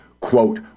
quote